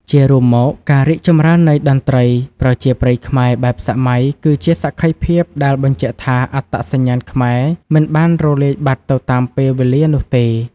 ជារួមមក ការរីកចម្រើននៃ តន្ត្រីប្រជាប្រិយខ្មែរបែបសម័យ គឺជាសក្ខីភាពដែលបញ្ជាក់ថា អត្តសញ្ញាណខ្មែរមិនបានរលាយបាត់ទៅតាមពេលវេលានោះទេ។